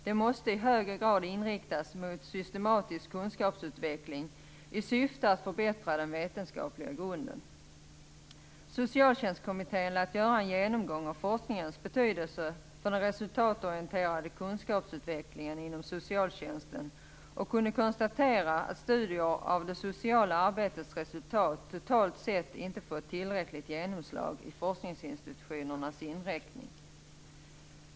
Det måste i högre grad inriktas mot systematisk kunskapsutveckling i syfte att förbättra den vetenskapliga grunden. Socialtjänstkommittén lät göra en genomgång av forskningens betydelse för den resultatorienterade kunskapsutvecklingen inom socialtjänsten och kunde konstatera att studier av det sociala arbetets resultat totalt sett inte fått tillräckligt genomslag i forskningsinstitutionernas inriktning.